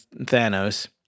Thanos